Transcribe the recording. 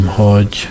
hogy